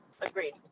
Agreed